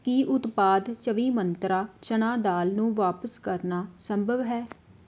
ਕੀ ਉਤਪਾਦ ਚੌਵੀਂ ਮੰਤਰਾਂ ਚਨਾ ਦਾਲ ਨੂੰ ਵਾਪਸ ਕਰਨਾ ਸੰਭਵ ਹੈ